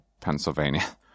Pennsylvania